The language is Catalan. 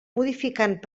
modificant